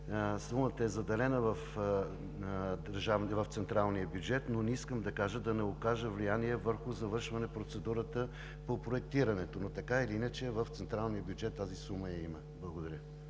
сумата, тя е заделена в централния бюджет, но не искам да я кажа, за да не окажа влияние върху завършване на процедурата по проектирането. Така или иначе в централния бюджет тази сума я има. Благодаря.